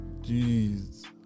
jeez